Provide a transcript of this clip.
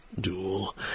Duel